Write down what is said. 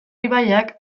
ibaiak